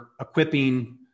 equipping